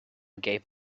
gave